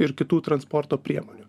ir kitų transporto priemonių